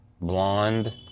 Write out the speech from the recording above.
Blonde